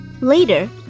Later